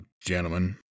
gentlemen